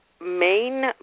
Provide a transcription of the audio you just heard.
Main